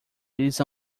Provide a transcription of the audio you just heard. eles